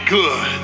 good